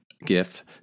gift